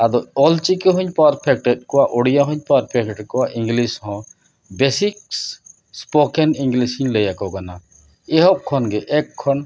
ᱟᱫᱚ ᱚᱞᱪᱤᱠᱤ ᱦᱚᱧ ᱯᱟᱨᱯᱷᱮᱠᱴᱮᱜ ᱠᱚᱣᱟ ᱩᱲᱤᱭᱟ ᱦᱚᱧ ᱯᱟᱨᱯᱷᱮᱠᱴᱮᱜ ᱠᱚᱣᱟ ᱤᱝᱞᱤᱥ ᱦᱚᱸ ᱵᱮᱥᱤᱠ ᱥᱯᱳᱠᱮᱱ ᱤᱝᱞᱤᱥ ᱤᱧ ᱞᱟᱹᱭ ᱟᱠᱚ ᱠᱟᱱᱟ ᱮᱦᱚᱵ ᱠᱷᱚᱱᱜᱮ ᱮᱠ ᱠᱷᱚᱱ